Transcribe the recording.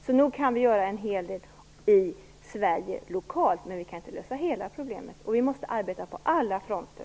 Så nog kan vi göra en hel del i Sverige lokalt. Men vi kan inte lösa hela problemet, och vi måste arbeta på alla fronter.